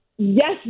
Yes